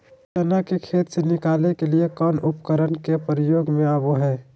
चना के खेत से निकाले के लिए कौन उपकरण के प्रयोग में आबो है?